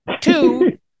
two